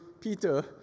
Peter